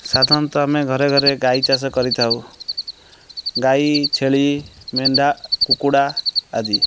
ସାଧାରଣତଃ ଆମେ ଘରେ ଘରେ ଗାଈ ଚାଷ କରିଥାଉ ଗାଈ ଛେଳି ମେଣ୍ଢା କୁକୁଡ଼ା ଆଦି